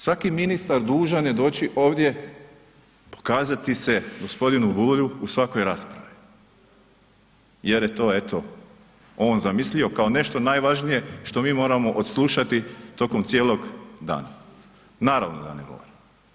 Svaki ministar dužan je doći ovdje pokazati se g. Bulju u svakoj raspravi jer je to eto on zamislio kao nešto najvažnije što mi moramo odslušati tokom cijelog dana, naravno da ne mora.